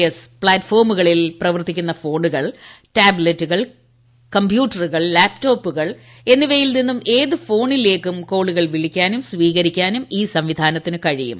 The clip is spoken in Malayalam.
എസ് പ്ലാറ്റ്ഫോമുകളിൽ പ്രവർത്തിക്കുന്ന ഫോണുകൾ ടാബ്ലറ്റുകൾ കംപ്യൂട്ടറുകൾ ലാപ്ടോപ്പുകൾ എന്നിവയിൽ നിന്നും ഏത് ഫോണിലേക്കും കോളുകൾ വിളിക്കാനും സ്വീകരിക്കാനും ഈ സംവിധാനത്തിന് കഴിയും